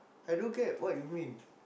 I don't get what you mean